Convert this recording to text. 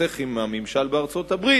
תסתכסך עם הממשל בארצות-הברית.